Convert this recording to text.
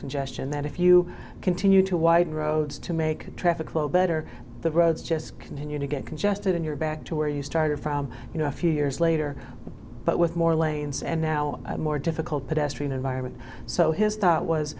congestion that if you continue to widen roads to make traffic flow better the roads just continue to get congested and you're back to where you started from you know a few years later but with more lanes and now a more difficult pedestrian environment so his thought was